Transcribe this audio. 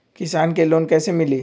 किसान के लोन कैसे मिली?